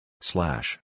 Slash